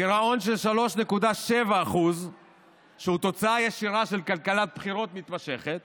מגירעון של 3.7% שהוא תוצאה ישירה של כלכלת בחירות מתמשכת